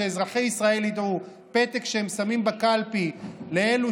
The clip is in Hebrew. שאזרחי ישראל ידעו: פתק שהם שמים בקלפי לאלו